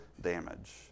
damage